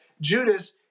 Judas